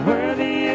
Worthy